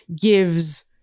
gives